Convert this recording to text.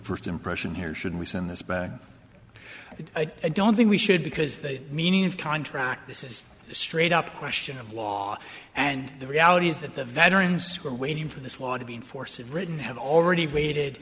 first impression here should we send this back and i don't think we should because the meaning of contract this is a straight up question of law and the reality is that the veterans were waiting for this law to be in force and written have already waited